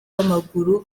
w’amaguru